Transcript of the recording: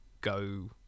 go